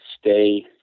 stay